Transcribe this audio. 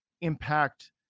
impact